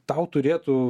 tau turėtų